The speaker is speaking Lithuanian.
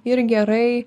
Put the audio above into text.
ir gerai